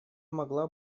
могла